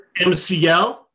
MCL